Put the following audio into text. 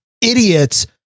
idiots